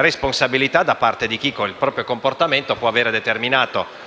responsabilità da parte di chi, con il proprio comportamento (dipende anche